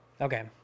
Okay